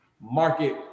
market